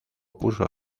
puso